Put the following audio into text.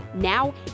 Now